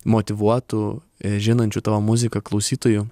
motyvuotų žinančių tavo muziką klausytojų